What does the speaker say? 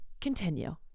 Continue